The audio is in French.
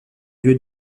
lieu